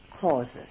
causes